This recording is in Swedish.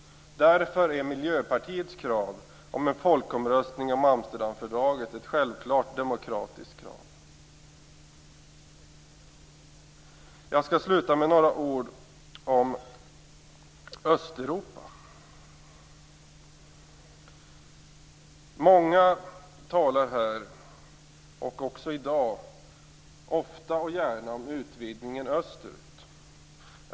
Därför är Miljöpartiets krav om en folkomröstning om Amsterdamfördraget ett självklart demokratiskt krav. Jag skall sluta med några ord om Östeuropa. Många talar här, också i dag, ofta och gärna om utvidgningen österut.